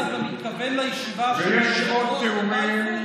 ויש עוד תיאורים,